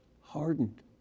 hardened